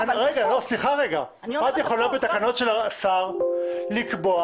את יכולה בתקנות של השר לקבוע